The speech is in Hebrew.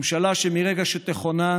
ממשלה שמרגע שתכונן,